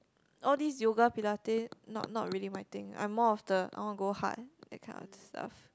all these yoga Pilates not not really my thing I'm more of the I want go hard that kind of stuff